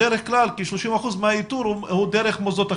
בדרך כלל כ-30% מהאיתור הוא דרך מוסדות החינוך.